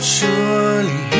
surely